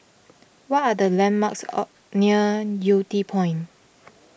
what are the landmarks near Yew Tee Point